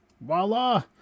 Voila